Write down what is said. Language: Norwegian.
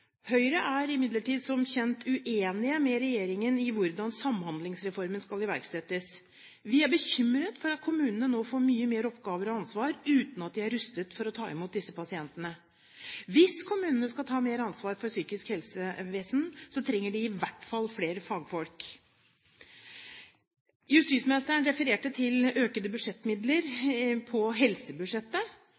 Høyre er imidlertid som kjent uenig med regjeringen når det gjelder hvordan Samhandlingsreformen skal iverksettes. Vi er bekymret for at kommunene nå får mye mer oppgaver og ansvar uten at de er rustet for å ta imot disse pasientene. Hvis kommunene skal ta mer ansvar for psykisk helsevesen, trenger de i hvert fall flere fagfolk. Justisministeren refererte til økte budsjettmidler på helsebudsjettet.